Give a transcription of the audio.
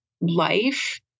life